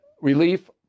relief